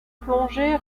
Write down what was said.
plongée